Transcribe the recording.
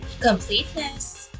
completeness